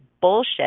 bullshit